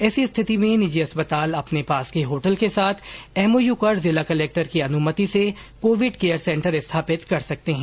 ऐसी स्थिति में निजी अस्पताल अपने पास के होटल के साथ एमओयू कर जिला कलक्टर की अनुमति से कोविड केयर सेंटर स्थापित कर सकते है